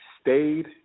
stayed –